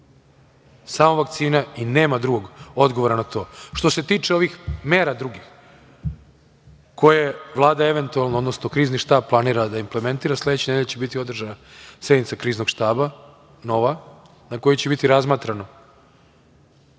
Samo vakcina i nema drugog odgovora na to. Što se tiče ovih mera drugih koje Vlada eventualno, odnosno Krizni štab planira da implementira, sledeće nedelje će biti održana sednica Kriznog štaba, nova, na kojoj će biti razmatrano